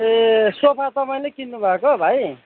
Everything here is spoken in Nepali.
ए सोफा तपाईँले किन्नु भएको भाइ